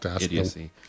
idiocy